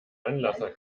anlasser